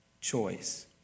choice